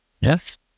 Yes